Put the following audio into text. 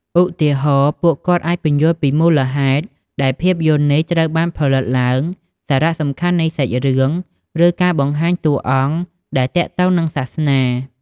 ឧទាហរណ៍ ពួកគាត់អាចពន្យល់ពីមូលហេតុដែលភាពយន្តនេះត្រូវបានផលិតឡើង សារៈសំខាន់នៃសាច់រឿង ឬការបង្ហាញតួអង្គដែលទាក់ទងនឹងសាសនា។